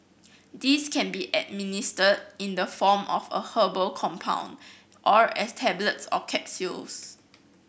these can be administered in the form of a herbal compound or as tablets or capsules